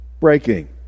breaking